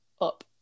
up